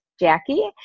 Jackie